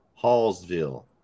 Hallsville